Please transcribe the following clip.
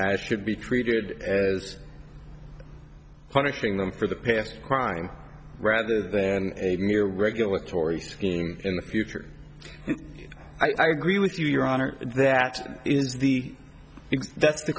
s should be treated as punishing them for the past crime rather than a mere regulatory scheme in the future i agree with you your honor that is the that's the